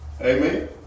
amen